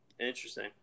Interesting